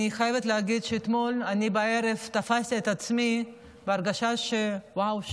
אני חייבת להגיד שאתמול בערב תפסתי את עצמי בהרגשה שוואו,